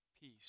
peace